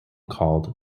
called